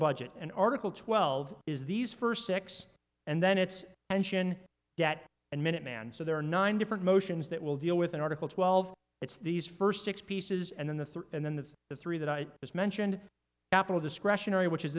budget and article twelve is these first six and then it's an ssion debt and minuteman so there are nine different motions that will deal with an article twelve it's these first six pieces and then the three and then the the three that i just mentioned apple discretionary which is